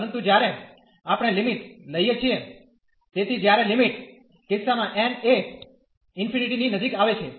પરંતુ જ્યારે આપણે લિમિટ લઈએ છીએ તેથી જ્યારે લિમિટ કિસ્સામાં n એ ∞ ની નજીક આવે છે